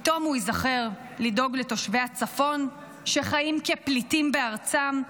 פתאום הוא ייזכר לדאוג לתושבי הצפון שחיים כפליטים בארצם,